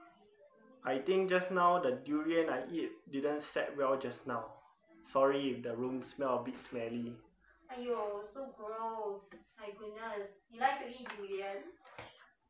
I think just now the durian I eat didn't set well just now sorry if the room smell a bit smelly